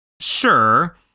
Sure